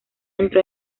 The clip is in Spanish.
entró